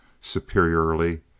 superiorly